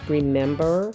Remember